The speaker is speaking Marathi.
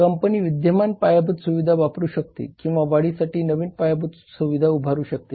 कंपनी विद्यमान पायाभूत सुविधा वापरू शकते किंवा वाढीसाठी नवीन पायाभूत सुविधा उभारू शकते